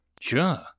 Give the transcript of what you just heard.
Sure